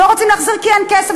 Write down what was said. לא רוצים להחזיר כי אין כסף,